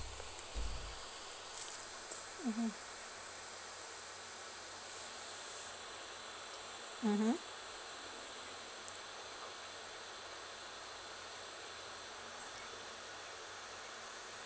mmhmm mmhmm